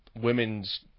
women's